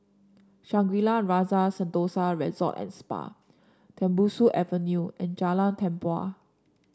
Shangri La Rasa Sentosa Resort And Spa Tembusu Avenue and Jalan Tempua